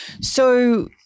So-